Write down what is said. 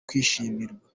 kwishimirwa